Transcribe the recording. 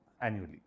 annually